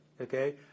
okay